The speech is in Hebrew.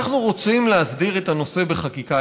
אנחנו רוצים להסדיר את הנושא בחקיקה.